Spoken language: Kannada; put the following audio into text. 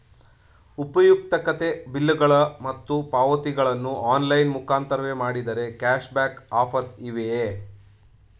ಉಪಯುಕ್ತತೆ ಬಿಲ್ಲುಗಳು ಮತ್ತು ಪಾವತಿಗಳನ್ನು ಆನ್ಲೈನ್ ಮುಖಾಂತರವೇ ಮಾಡಿದರೆ ಕ್ಯಾಶ್ ಬ್ಯಾಕ್ ಆಫರ್ಸ್ ಇವೆಯೇ?